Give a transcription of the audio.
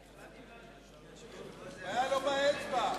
הוא התבלבל.